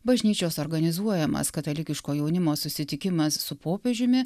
bažnyčios organizuojamas katalikiško jaunimo susitikimas su popiežiumi